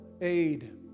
aid